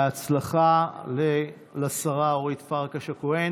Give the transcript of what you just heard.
בהצלחה לשרה אורית פרקש הכהן.